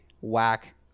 whack